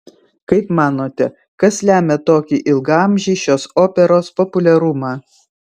kaip manote kas lemia tokį ilgaamžį šios operos populiarumą